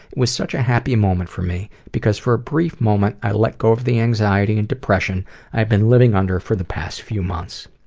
was such a happy moment for me. because for a brief moment, i let go of the anxiety and depression i have been living under for the past few months.